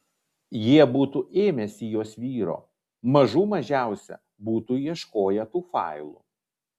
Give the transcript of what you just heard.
jie būtų ėmęsi jos vyro mažų mažiausia būtų ieškoję tų failų